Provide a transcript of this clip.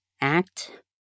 act